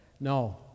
No